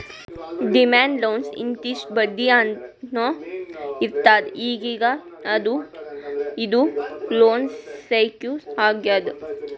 demand ಲೋನ್ಗ್ ಇಂತಿಷ್ಟ್ ಬಡ್ಡಿ ಅಂತ್ನೂ ಇರ್ತದ್ ಈಗೀಗ ಇದು ಲೋನ್ ಸೆಕ್ಯೂರ್ ಆಗ್ಯಾದ್